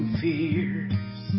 fears